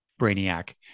Brainiac